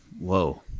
Whoa